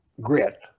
grit